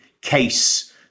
case